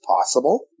possible